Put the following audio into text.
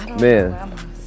Man